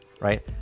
right